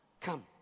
Come